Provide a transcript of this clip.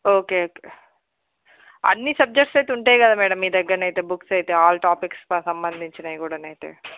okay okay అన్ని subjects అయితే ఉంటాయి కదా మేడం మీ దగ్గర అయితే బుక్స్ అయితే ఆల్ టాపిక్స్కి సంబంధించినవి కూడా అయితే